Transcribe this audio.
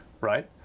right